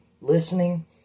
listening